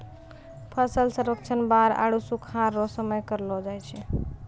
फसल सर्वेक्षण बाढ़ आरु सुखाढ़ रो समय करलो जाय छै